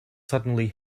suddenly